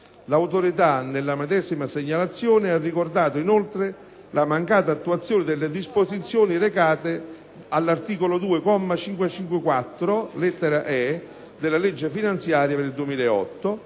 L'Autorità, nella medesima segnalazione ha ricordato inoltre, la mancata attuazione delle disposizioni recate all'articolo 2, comma 554, lettera *e),* della legge finanziaria 2008,